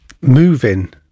moving